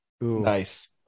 Nice